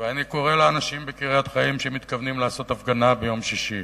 אני קורא לאנשים בקריית-חיים שמתכוונים לעשות הפגנה ביום שישי: